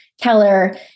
Keller